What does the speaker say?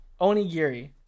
Onigiri